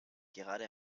gerade